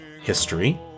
History